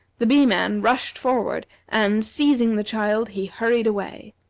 the bee-man rushed forward, and, seizing the child, he hurried away.